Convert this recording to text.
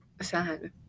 sad